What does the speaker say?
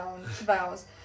vows